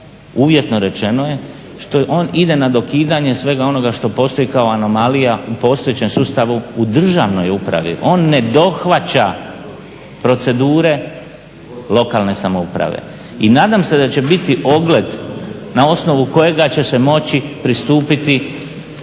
uvjetno rečeno je što on ide na dokidanje svega onoga što postoji kao anomalija u postojećem sustavu u državnoj upravi. On ne dohvaća procedure lokalne samouprave. I nadam se da će biti ogled na osnovu kojega će se moći pristupiti